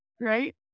right